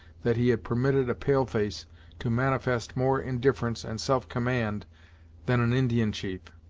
that he had permitted a pale face to manifest more indifference and self-command than an indian chief.